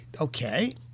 okay